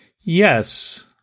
yes